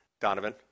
Donovan